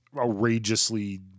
outrageously